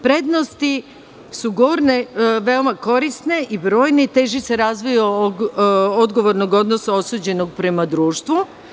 Prednosti su veoma korisne i brojne i teže se razvija od odgovornog odnosa osuđenog prema društvu.